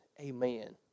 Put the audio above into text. Amen